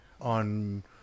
on